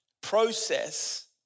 process